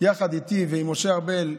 יחד איתי ועם משה ארבל,